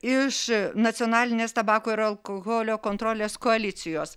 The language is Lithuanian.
iš nacionalinės tabako ir alkoholio kontrolės koalicijos